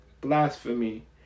Blasphemy